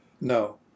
No